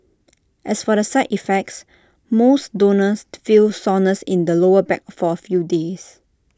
as for the side effects most donors feel soreness in the lower back for A few days